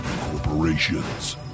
corporations